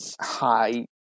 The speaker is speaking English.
high